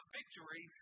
victory